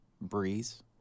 breeze